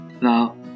Now